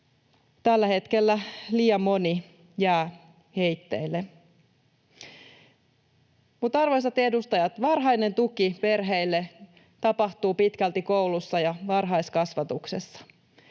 Tällä hetkellä liian moni jää heitteille. Mutta, arvoisat edustajat, varhainen tuki perheille tapahtuu pitkälti koulussa ja varhaiskasvatuksessa.